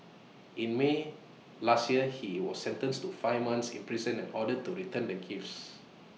in may last year he was sentenced to five months in prison and ordered to return the gifts